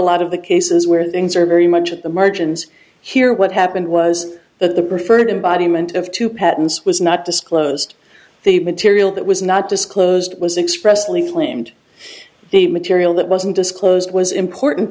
lot of the cases where the ins are very much at the margins here what happened was the preferred embodiment of two patents was not disclosed the material that was not disclosed was expressly claimed the material that wasn't disclosed was important